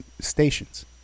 stations